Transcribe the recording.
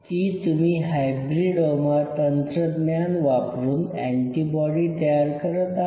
की तुम्ही हायब्रीडोमा तंत्रज्ञान वापरून अँटीबॉडी तयार करत आहात